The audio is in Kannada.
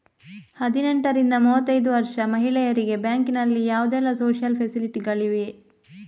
ಹದಿನೆಂಟರಿಂದ ಮೂವತ್ತೈದು ವರ್ಷ ಮಹಿಳೆಯರಿಗೆ ಬ್ಯಾಂಕಿನಲ್ಲಿ ಯಾವುದೆಲ್ಲ ಸೋಶಿಯಲ್ ಫೆಸಿಲಿಟಿ ಗಳಿವೆ?